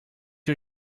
you